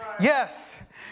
Yes